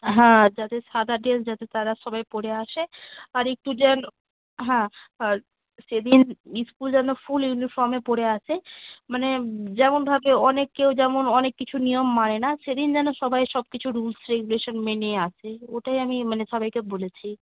হ্যাঁ যাতে সাদা ড্রেস যাতে তারা সবাই পরে আসে আর একটু যেন হ্যাঁ আর সেদিন স্কুল যেন ফুল ইউনিফর্মে পরে আসে মানে যেমনভাবে অনেক কেউ যেমন অনেক কিছু নিয়ম মানে না সেদিন যেন সবাই সব কিছু রুলস রেগুলেশন মেনে আসে ওটাই আমি মানে সবাইকে বলেছি